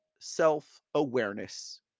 self-awareness